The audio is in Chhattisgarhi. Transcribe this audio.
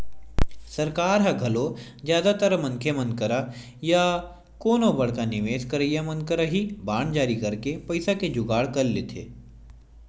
सरकार ह घलो जादातर मनखे मन करा या कोनो बड़का निवेस करइया मन करा ही बांड जारी करके पइसा के जुगाड़ कर लेथे